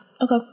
Okay